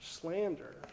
slander